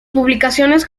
publicaciones